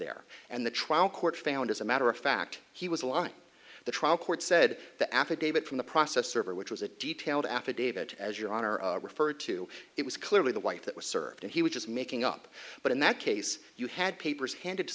there and the trial court found as a matter of fact he was alive the trial court said the affidavit from the process server which was a detailed affidavit as your honor referred to it was clearly the white that was served and he was just making up but in that case you had papers handed to